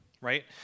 right